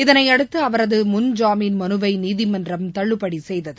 இதனையடுத்து அவரது முன்ஜாமீன் மனுவை நீதிமன்றம் தள்ளுபடி செய்தது